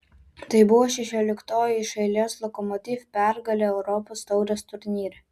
tai buvo šešioliktoji iš eilės lokomotiv pergalė europos taurės turnyre